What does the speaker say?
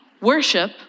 worship